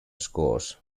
scores